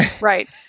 Right